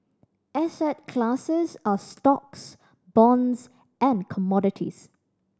asset classes are stocks bonds and commodities